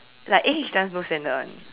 like eh dance no standard [one]